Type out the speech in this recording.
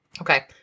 Okay